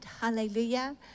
hallelujah